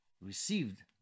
received